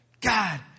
God